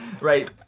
right